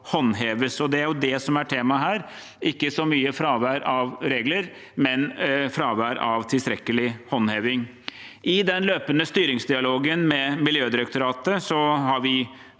håndheves. Det er det som er temaet her – ikke så mye fraværet av regler, men fraværet av tilstrekkelig håndheving. I den løpende styringsdialogen med Miljødirektoratet har vi